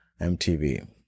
MTV